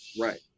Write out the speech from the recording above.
right